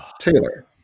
Taylor